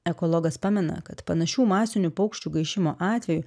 ekologas pamena kad panašių masinių paukščių gaišimo atvejų